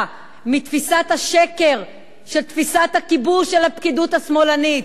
מתפיסת השקר של תפיסת הכיבוש של הפקידות השמאלנית.